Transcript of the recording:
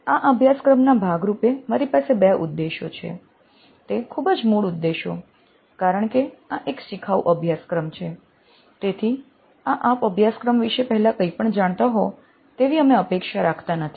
આ કોર્સના ભાગ રૂપે મારી પાસે બે ઉદ્દેશો છે તે ખૂબ જ મૂળ ઉદ્દેશો કારણ કે આ એક શિખાઉ અભ્યાસક્રમ છે તેથી આપ આ કોર્સ વિશે પહેલા કંઈ પણ જાણતા હોવ અમે એવી અપેક્ષા રાખતા નથી